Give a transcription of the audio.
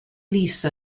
lise